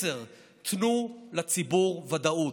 10. תנו לציבור ודאות.